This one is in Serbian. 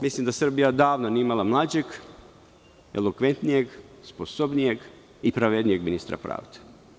Mislim da Srbija odavno nije imala mlađeg, elokventnijeg, sposobnijeg i pravednijeg ministra pravde.